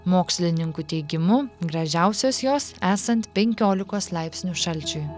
mokslininkų teigimu gražiausios jos esant penkiolikos laipsnių šalčiui